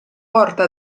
porta